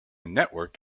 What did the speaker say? network